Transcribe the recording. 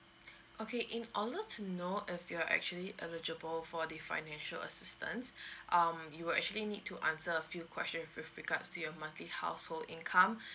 okay in order to know if you are actually eligible for the financial assistance um you will actually need to answer a few questions with regards to your monthly household income